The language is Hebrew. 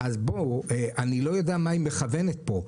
אז אני לא יודע למה היא מכוונת פה,